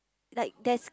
like there's